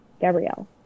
Gabrielle